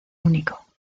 único